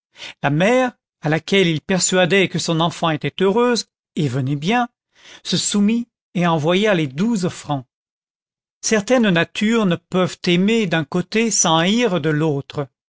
la mère à laquelle ils persuadaient que son enfant était heureuse et venait bien se soumit et envoya les douze francs certaines natures ne peuvent aimer d'un côté sans haïr de l'autre